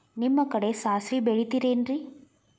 ನಿಮ್ಮ ಕಡೆ ಸಾಸ್ವಿ ಬೆಳಿತಿರೆನ್ರಿ?